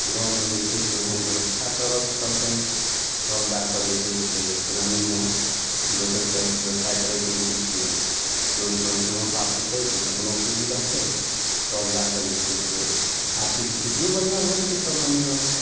गाँवमे जे छै से ओहेन व्यवस्था करबऽ पड़तनि तब जा कऽ जे छै से ग्रामिणमे लोकनिके व्यवसाय करयके लेल किछु लोन तोन सेहो पास हेतय किछु अपनो पूँजी रहतै तब जा कऽ जे छै से आर्थिक स्थितियो बढ़िआँ भऽ जेतै तब मानि लिऽ